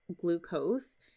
glucose